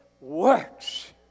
works